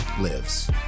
lives